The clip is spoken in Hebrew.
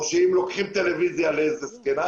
לוקחות טלוויזיה לזקנה,